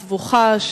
סבוכה,